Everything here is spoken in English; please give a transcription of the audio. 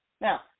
Now